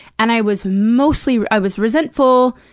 and i was mostly i was resentful.